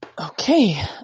Okay